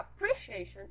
appreciation